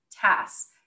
tasks